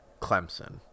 Clemson